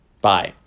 bye